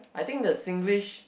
I think the Singlish